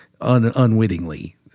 unwittingly